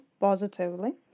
positively